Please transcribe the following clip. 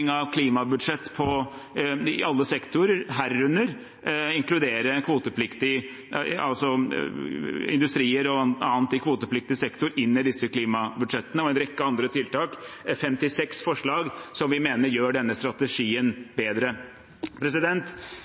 innføring av klimabudsjett på alle sektorer, herunder det å inkludere industri og annet i kvotepliktig sektor inn i disse klimabudsjettene, og en rekke andre tiltak. Det er 56 forslag som vi mener gjør denne strategien bedre.